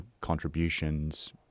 contributions